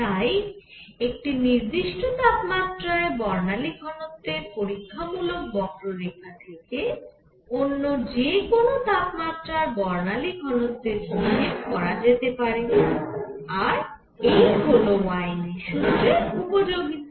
তাই একটি নির্দিষ্ট তাপমাত্রার বর্ণালী ঘনত্বের পরীক্ষামূলক বক্ররেখা থেকে অন্য যে কোন তাপমাত্রার বর্ণালী ঘনত্বের হিসেব করা যেতে পারে আর এই হল ওয়েইনের সুত্রের উপযোগিতা